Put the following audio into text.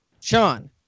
Sean